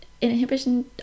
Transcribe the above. inhibition